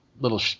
little